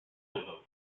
vote